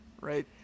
right